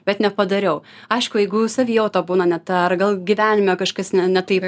bet nepadariau aišku jeigu savijauta būna ne ta ar gal gyvenime kažkas ne ne taip